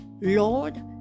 Lord